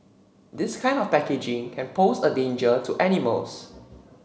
this kind of packaging can pose a danger to animals